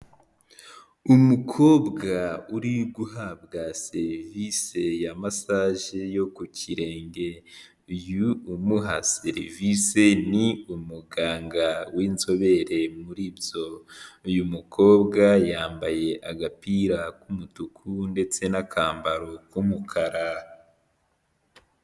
Umukobwa uri guhabwa serivisi ya masage yo ku kirenge, uyu umuha serivice ni umuganga w'inzobere muri byo, uyu mukobwa yambaye agapira k'umutuku ndetse n'akambaro k'umukara.